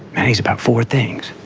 he's about four things.